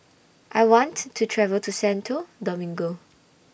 I want to travel to Santo Domingo